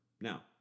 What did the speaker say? Now